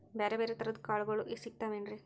ಬ್ಯಾರೆ ಬ್ಯಾರೆ ತರದ್ ಕಾಳಗೊಳು ಸಿಗತಾವೇನ್ರಿ?